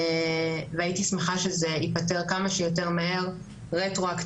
והייתי שמחה שזה ייפתר כמה שיותר מהר רטרואקטיבית.